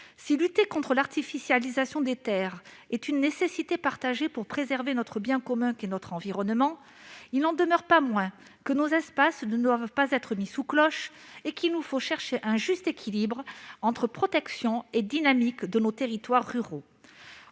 Si lutter contre l'artificialisation des terres est une nécessité partagée pour préserver ce bien commun qu'est notre environnement, il n'en demeure pas moins que nos espaces ne doivent pas être mis sous cloche et qu'il nous faut chercher un juste équilibre entre protection et dynamique de nos territoires ruraux.